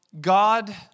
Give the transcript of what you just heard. God